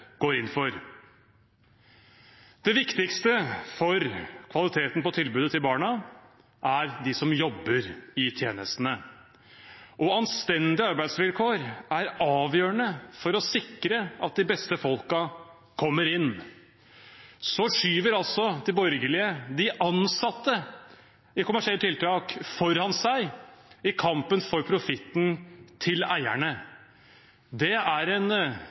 går inn for. Det viktigste for kvaliteten på tilbudet til barna er de som jobber i tjenestene. Anstendige arbeidsvilkår er avgjørende for å sikre at de beste menneskene kommer inn. Så skyver altså de borgerlige de ansatte i kommersielle tiltak foran seg i kampen for profitten til eierne. Det er en